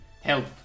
Help